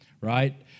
right